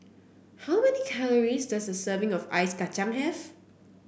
how many calories does a serving of Ice Kacang have